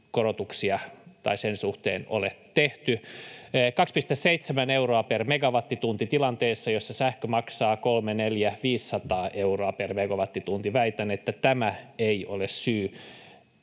šokkikorotuksia sen suhteen ole tehty: 2,7 euroa per megawattitunti tilanteessa, jossa sähkö maksaa 300, 400, 500 euroa per megawattitunti. Väitän, että tämä ei ole syy